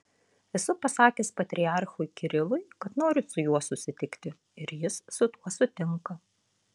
esu pasakęs patriarchui kirilui kad noriu su juo susitikti ir jis su tuo sutinka